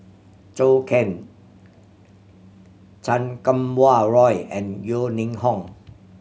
Zhou Can Chan Kum Wah Roy and Yeo Ning Hong